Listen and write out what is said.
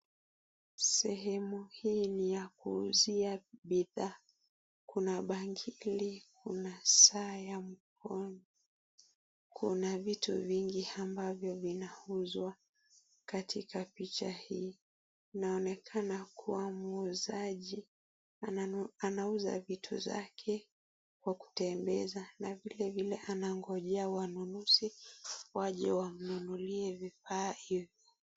Sehemu hii ni ya kuuzia bidhaa kuna bangili, kuna saa ya mkono, kuna vitu vingi ambavyo vinauzwa katika picha hii. Inaonekana kuwa muuzaji anauza vitu zake kwa kutembeza na vile vile anangojea wanunuzi waje wamnunulie vifaa hivyo.